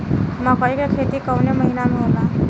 मकई क खेती कवने महीना में होला?